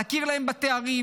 להכיר להם בתארים,